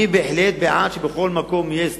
אני בהחלט בעד שבכל מקום יהיה סניף,